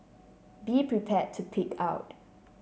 be prepared to pig out